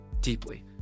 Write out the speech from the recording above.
deeply